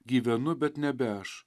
gyvenu bet nebe aš